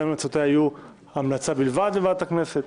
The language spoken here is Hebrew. האם המלצותיה יהיו המלצה בלבד לוועדת הכנסת.